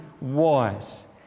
wise